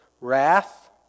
wrath